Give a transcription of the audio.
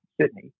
Sydney